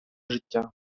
життя